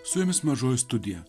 su jumis mažoji studija